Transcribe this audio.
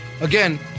Again